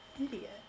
Idiot